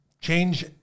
change